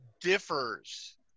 differs